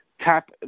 tap